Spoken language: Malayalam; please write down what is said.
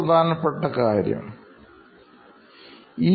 പ്രധാനപ്പെട്ട ഒരു കാര്യം മനസ്സിലാക്കാൻ പറ്റിയത്